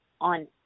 on